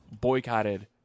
boycotted